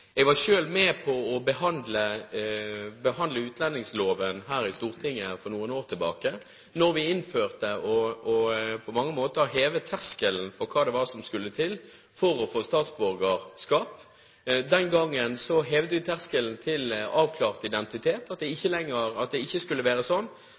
Jeg var selv med på å behandle utlendingsloven her i Stortinget for noen år siden, da vi innførte og på mange måter hevet terskelen for hva det var som skulle til for å få statsborgerskap. Den gangen hevet vi terskelen til avklart identitet. Det skulle ikke være slik at det